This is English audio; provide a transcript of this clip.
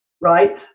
right